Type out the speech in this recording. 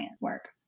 work